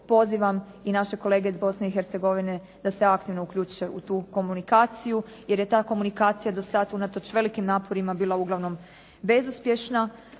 pozivam i naše kolege iz Bosne i Hercegovine da se aktivno uključe u tu komunikaciju jer je ta komunikacija do sada unatoč velikim naporima bila uglavnom bezuspješna.